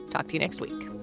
talk to you next week